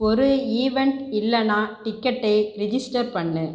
ஒரு ஈவண்ட் இல்லைனா டிக்கெட்டை ரிஜிஸ்டர் பண்ணு